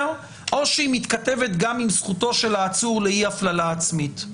או שהיא מתכתבת גם עם זכותו של העצור לאי הפללה עצמית?